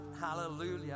Hallelujah